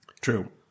True